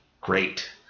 great